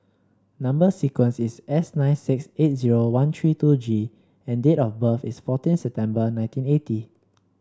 number sequence is S nine six eight zero one three two G and date of birth is fourteen September nineteen eighty